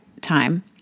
time